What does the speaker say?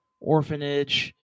orphanage